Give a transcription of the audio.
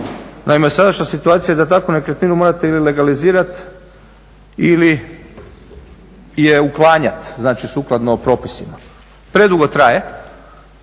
Naime, sadašnja situacija je da takvu nekretninu morate ili legalizirati ili je uklanjati, znači sukladno propisima. Predugo traje,